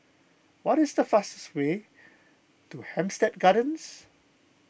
what is the fastest way to Hampstead Gardens